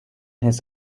his